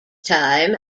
time